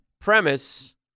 premise